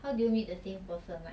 how do you meet the same person like